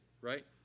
right